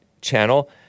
channel